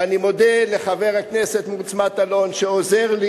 ואני מודה לחבר הכנסת מוץ מטלון שעוזר לי,